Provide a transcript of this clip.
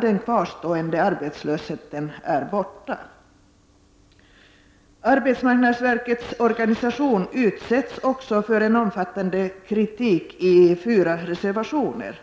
den kvarstående arbetslösheten är borta. Arbetsmarknadsverkets organisation utsätts också för en omfattande kritik i fyra reservationer.